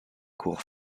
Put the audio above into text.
cours